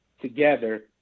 together